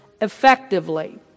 effectively